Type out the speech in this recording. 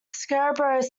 scarborough